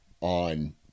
on